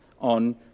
on